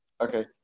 okay